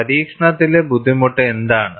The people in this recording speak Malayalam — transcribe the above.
പരീക്ഷണത്തിലെ ബുദ്ധിമുട്ട് എന്താണ്